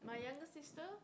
my younger sister